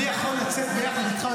אני יכול לצאת ביחד איתך,